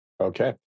Okay